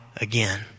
again